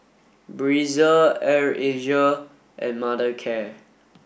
Breezer Air Asia and Mothercare